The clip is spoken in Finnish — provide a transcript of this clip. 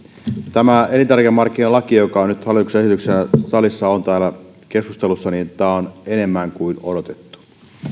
tämä elintarvikemarkkinalaki joka on nyt hallituksen esityksenä salissa ja täällä keskustelussa on enemmän kuin odotettu